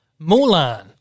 Mulan